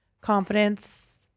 confidence